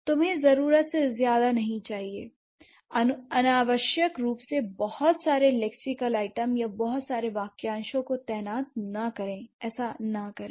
तुम्हें जरूरत से ज्ज्यादा नहीं चाहिए l अनावश्यक रूप से बहुत सारे लेक्सिकल आइटम या बहुत सारे वाक्यांशों को तैनात न करें ऐसा न करें